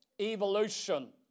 Evolution